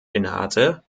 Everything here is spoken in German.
innehatte